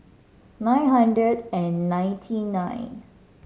nine hundred and ninety nine